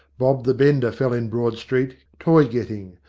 bob the bender fell in broad street, toy-getting,